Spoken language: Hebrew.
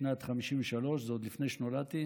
בשנת 1953. זה עוד לפני שנולדתי.